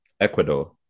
Ecuador